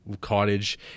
cottage